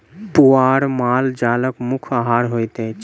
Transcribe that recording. पुआर माल जालक मुख्य आहार होइत अछि